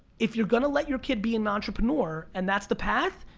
if you're gonna let your kid be an entrepreneur, and that's the path,